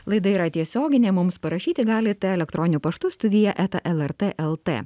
laida yra tiesioginė mums parašyti galit elektroniniu paštu studija eta lrt lt